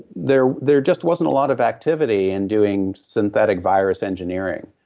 there there just wasn't a lot of activity in doing synthetic virus engineering,